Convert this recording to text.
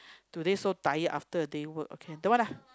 today so tired after a day work okay don't want lah